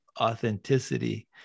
authenticity